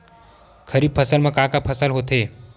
खरीफ फसल मा का का फसल होथे?